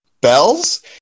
bells